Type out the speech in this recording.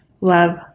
love